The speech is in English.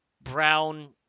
brown